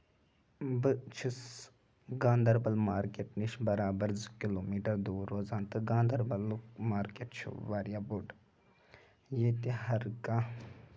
بہٕ چھُس گاندربَل مارکیٚٹ نِش برابر زٕ کِلوٗمیٖٹر دوٗر روزان تہٕ گاندربَلُک مارکیٚٹ چھُ واریاہ بوٚڑ ییٚتہِ ہر کانٛہہ